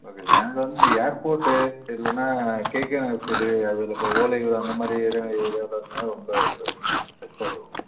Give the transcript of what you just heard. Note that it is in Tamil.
ஓகே சார் எனக்கு வந்து இந்த ஏர்போர்ட்டு இல்லன்னா கேகே நகர் சைடு அதில் இப்போ ஓலையூர் அந்த மாதிரி ஏரியாவில ஏரியாவில இருந்தால் ரொம்ப பெ பெஸ்ட்டாக இருக்கும்